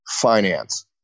finance